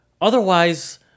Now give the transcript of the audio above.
otherwise